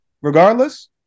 regardless